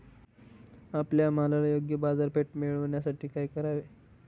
आपल्या मालाला योग्य बाजारपेठ मिळण्यासाठी काय करावे?